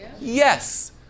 Yes